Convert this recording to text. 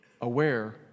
Aware